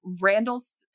Randall's